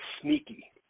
sneaky